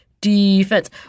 Defense